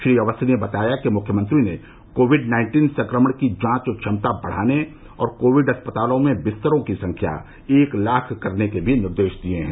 श्री अवस्थी ने बताया कि मुख्यमंत्री ने कोविड नाइन्टीन संक्रमण की जांच क्षमता बढ़ाने और कोविड अस्पतालों में बिस्तरों की संख्या एक लाख करने के भी निर्देश दिए हैं